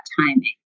timing